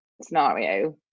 scenario